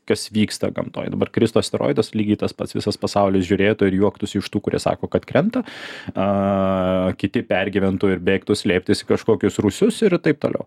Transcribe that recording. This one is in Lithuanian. kas vyksta gamtoj dabar kristų asteroidas lygiai tas pats visas pasaulis žiūrėtų ir juoktųsi iš tų kurie sako kad krenta a kiti pergyventų ir bėgtų slėptis į kažkokius rūsius ir taip toliau